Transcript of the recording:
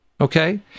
okay